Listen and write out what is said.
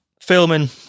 filming